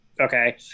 Okay